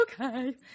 okay